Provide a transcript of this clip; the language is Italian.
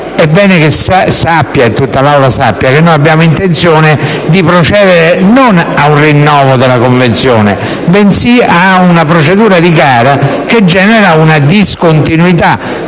È bene che lei e tutta l'Aula sappiate che abbiamo intenzione di procedere non a un rinnovo della convenzione, bensì a una procedura di gara che genera una discontinuità.